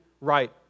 right